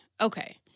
Okay